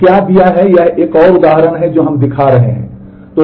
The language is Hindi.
तो क्या दिया कि यह एक और उदाहरण है जो हम दिखा रहे थे